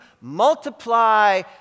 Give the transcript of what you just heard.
multiply